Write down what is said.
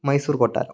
മൈസൂർ കൊട്ടാരം